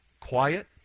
Quiet